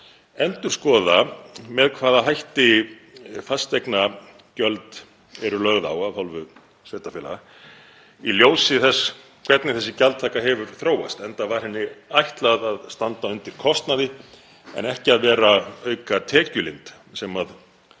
endurskoða með hvaða hætti fasteignagjöld eru lögð á af hálfu sveitarfélaga í ljósi þess hvernig þessi gjaldtaka hefur þróast, enda var henni ætlað að standa undir kostnaði en ekki að vera aukatekjulind sem í